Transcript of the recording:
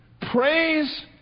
praise